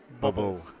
bubble